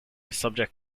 subject